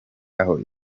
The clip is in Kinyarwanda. aho